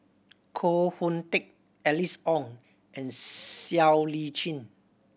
Koh Hoon Teck Alice Ong and Siow Lee Chin